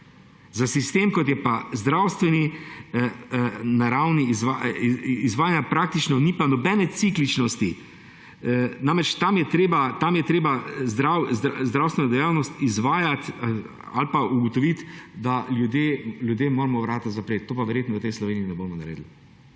Za sistem, kot je pa zdravstveni, ni pa nobene cikličnosti. Tam je treba zdravstveno dejavnost izvajati ali pa ugotoviti, da ljudem moramo vrata zapreti, tega pa verjetno v tej Sloveniji ne bomo naredili.